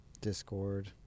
Discord